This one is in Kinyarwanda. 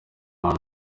uwa